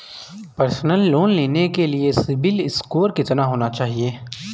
Personal loan लेने के लिए सिबिल स्कोर कितना होना चाहिए?